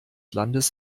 landes